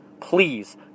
Please